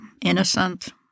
innocent